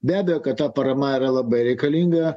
be abejo kad ta parama yra labai reikalinga